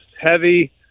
heavy